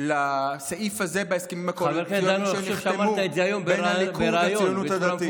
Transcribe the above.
לסעיף הזה בהסכמים הקואליציוניים שנחתמו בין הליכוד לציונות הדתית.